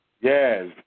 Yes